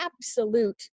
absolute